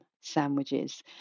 sandwiches